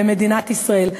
במדינת ישראל.